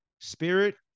spirit